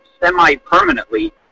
semi-permanently